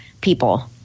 people